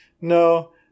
No